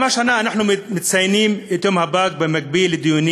גם השנה אנחנו מציינים את יום הפג במקביל לדיונים